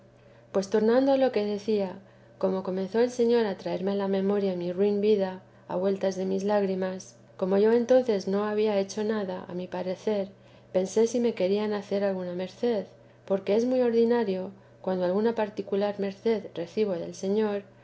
pues tornando a lo que decía como comenzó el señor a traerme a la memoria mi ruin vida a vueltas de mis lágrimas como yo entonces no había hecho nada a mi parecer pensé si me quería hacer alguna merced porque es muy ordinario cuando alguna particular merced recibo del señor